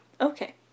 Okay